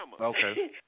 Okay